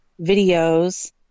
videos